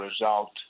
result